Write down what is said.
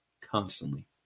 constantly